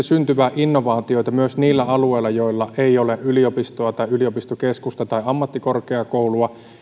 syntyvän innovaatioita myös niiltä alueilta joilla ei ole yliopistoa tai yliopistokeskusta tai ammattikorkeakoulua